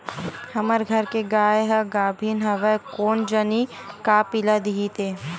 हमर घर के गाय ह गाभिन हवय कोन जनी का पिला दिही ते